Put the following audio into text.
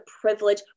privilege